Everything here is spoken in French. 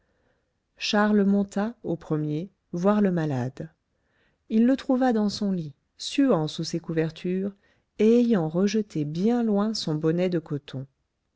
charles monta au premier voir le malade il le trouva dans son lit suant sous ses couvertures et ayant rejeté bien loin son bonnet de coton